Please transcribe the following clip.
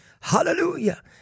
Hallelujah